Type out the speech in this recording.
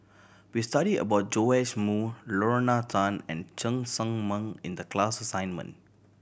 we studied about Joash Moo Lorna Tan and Cheng Tsang Man in the class assignment